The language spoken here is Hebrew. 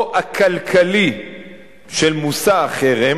או הכלכלי של מושא החרם,